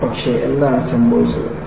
പക്ഷേ എന്താണ് സംഭവിച്ചത്